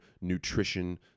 nutrition